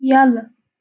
یلہٕ